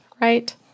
right